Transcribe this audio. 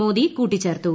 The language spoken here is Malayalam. മോദി കൂട്ടിച്ചേർത്തു